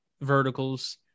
verticals